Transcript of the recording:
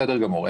בסדר גמור.